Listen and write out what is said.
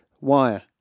Wire